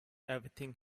everything